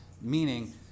meaning